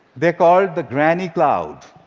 they're called the granny cloud.